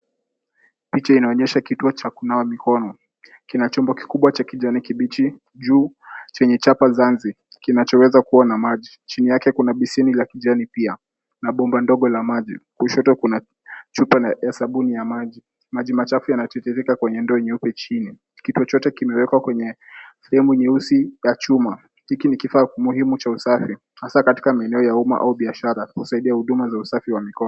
Picha inaonyesha kituo cha kunawa mikono. Kina chombo kikubwa cha kijani kibichi juu chenye chapa zanzi kinachowezakuwa na maji. Chini yake kuna beseni la kijani pia na bomba ndogo la maji. Kushoto kuna chupa ya sabuni ya maji. Maji machafu yanatiririka kwenye ndoo nyeupe chini. Kituo chote kimewekwa kwenye sehemu nyeusi ya chuma. Hiki ni kifaa muhimu cha usafi hasa katika maeneo ya umma au biashara. Husaidia huduma za usafi wa mikono.